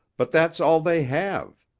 but that's all they have.